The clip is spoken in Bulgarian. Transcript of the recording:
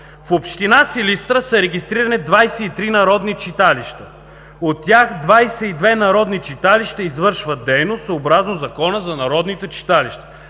„В община Силистра са регистрирани 23 народни читалища. От тях 22 народни читалища извършват дейност съобразно Закона за народните читалища.